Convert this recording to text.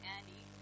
Andy